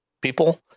people